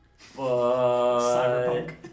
Cyberpunk